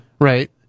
right